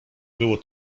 było